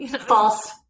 false